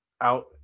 out